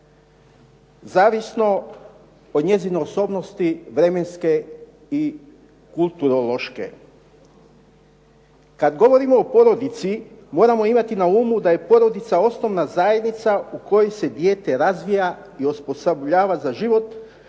zavisno od njezine osobnosti vremenske i kulturološke. Kad govorimo o porodici moramo imati na umu da je porodica osnovna zajednica u kojoj se dijete razvija i osposobljava za život,